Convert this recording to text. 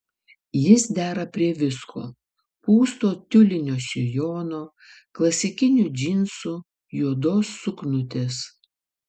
jis dera prie visko pūsto tiulinio sijono klasikinių džinsų juodos suknutės